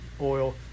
oil